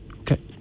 Okay